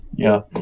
yeah.